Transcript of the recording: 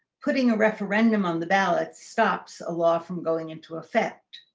putting a referendum on the ballot stops a law from going into effect.